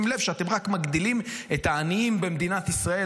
לב שאתם רק מגדילים את העניים במדינת ישראל.